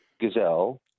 gazelle